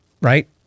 right